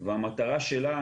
והמטרה שלה,